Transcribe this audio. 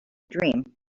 dream